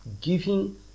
giving